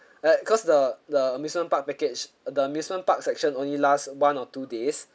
uh because the the amusement park package the amusement park section only last one or two days